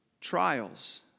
trials